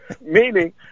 meaning